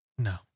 No